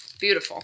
Beautiful